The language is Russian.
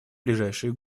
ближайшие